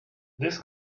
this